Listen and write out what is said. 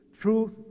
Truth